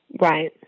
right